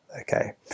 Okay